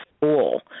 school